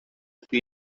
happy